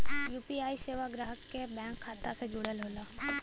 UPI सेवा ग्राहक के बैंक खाता से जुड़ल होला